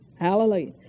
Hallelujah